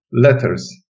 Letters